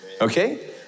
Okay